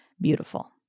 Beautiful